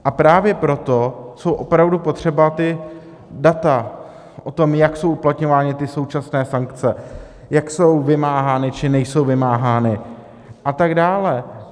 A právě proto jsou opravdu potřeba ta data o tom, jak jsou uplatňovány současné sankce, jak jsou vymáhány, či nejsou vymáhány a tak dále.